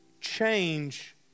change